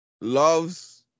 loves